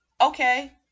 okay